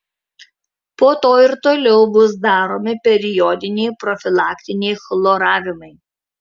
po to ir toliau bus daromi periodiniai profilaktiniai chloravimai